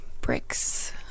bricks